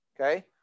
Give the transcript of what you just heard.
okay